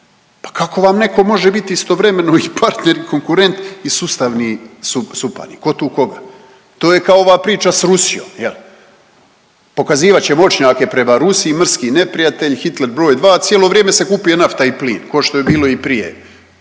Pa kako vam neko može bit istovremeno i partner i konkurent i sustavni suparnik, ko tu koga? To je kao ova priča s Rusijom je li, pokazivat ćemo očnjake prema Rusiji mrski neprijatelj, Hitler broj dva, a cijelo vrijeme se kupuje nafta i plin ko što je bilo i prije